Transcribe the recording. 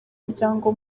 muryango